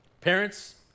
Parents